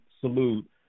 salute